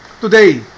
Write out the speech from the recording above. Today